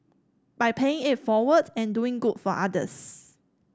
by paying it forward and doing good for others